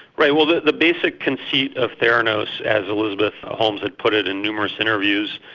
right, well the the basic conceit of theranos as elizabeth holmes had put it in numerous interviews,